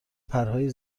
پرهای